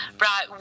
right